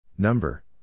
Number